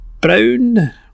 Brown